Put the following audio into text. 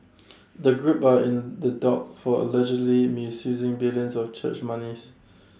the group are in the dock for allegedly misusing millions of church monies